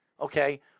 okay